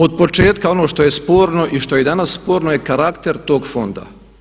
Od početka ono što je sporno i što je i danas sporno je karakter tog fonda.